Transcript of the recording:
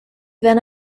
then